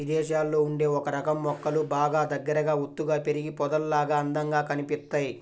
ఇదేశాల్లో ఉండే ఒకరకం మొక్కలు బాగా దగ్గరగా ఒత్తుగా పెరిగి పొదల్లాగా అందంగా కనిపిత్తయ్